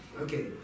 Okay